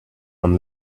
one